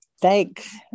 Thanks